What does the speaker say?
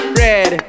red